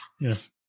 yes